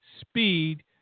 speed